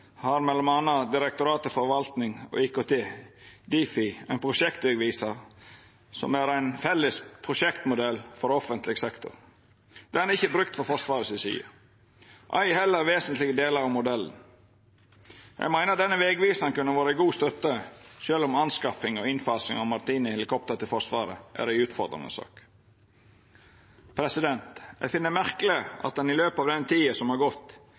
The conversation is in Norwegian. har m.a. Direktoratet for forvaltning og ikt, Difi, ein prosjektvegvisar som er ein felles prosjektmodell for offentleg sektor. Han er ikkje brukt frå Forsvaret si side, ei heller vesentlege delar av modellen. Eg meiner denne vegvisaren kunne vore ei god støtte, sjølv om anskaffing og innfasing av maritime helikopter til Forsvaret er ei utfordrande sak. Eg finn det merkeleg at ein i løpet av den tida som har gått,